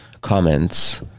comments